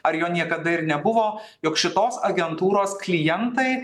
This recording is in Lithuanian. ar jo niekada ir nebuvo jog šitos agentūros klientai